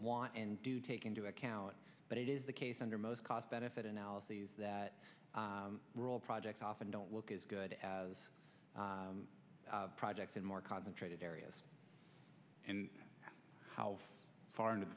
want and do take into account but it is the case under most cost benefit analyses that role projects often don't look as good as projects in more concentrated areas and how far into